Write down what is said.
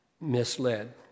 misled